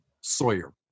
Sawyer